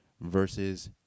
versus